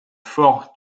fort